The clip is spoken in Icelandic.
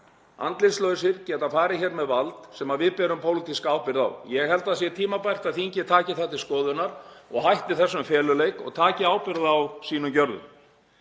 andlitslausir, geta farið hér með vald sem við berum pólitíska ábyrgð á. Ég held að það sé tímabært að þingið taki það til skoðunar og hætti þessum feluleik og taki ábyrgð á sínum gjörðum.